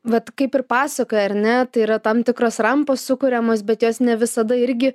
vat kaip ir pasakoji ar ne tai yra tam tikros rampos sukuriamos bet jos ne visada irgi